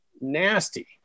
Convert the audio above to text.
nasty